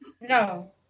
no